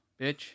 bitch